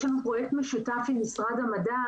יש לנו פרויקט משותף עם משרד המדע,